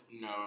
No